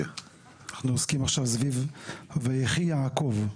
אנחנו עוסקים עכשיו ב"ויחי יעקב".